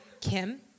Kim